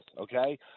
okay